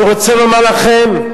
אני רוצה לומר לכם,